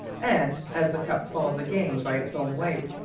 and, as the cup falls again by its own weight,